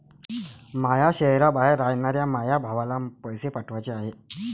माया शैहराबाहेर रायनाऱ्या माया भावाला पैसे पाठवाचे हाय